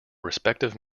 respective